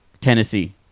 Tennessee